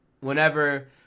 whenever